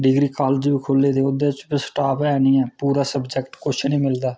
डिगरी college खुल्ले दे ऐ हुंदे च स्टाफ ते ऐ गै नीं ऐ पूरा सब्जैक्ट कुछ नीं मिलदा